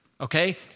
okay